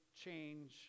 change